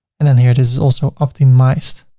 and then here it is also optimized.